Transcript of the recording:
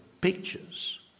pictures